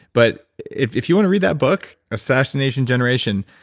but if if you wanna read that book, assassination generation,